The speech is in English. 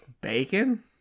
bacon